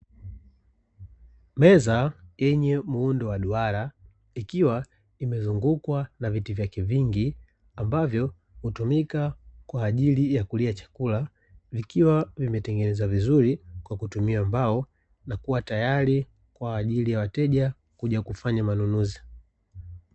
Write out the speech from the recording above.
Meza yenye muundo wa duara, ikiwa imezungukwa na viti vyake vingi ambavyo hutumika kwa ajili ya kulia chakula, vikiwa vimetengenezwa vizuri kwa kutumia mbao, vikiwa tayari kwa ajili ya wateja kuja kufanya manunuzi.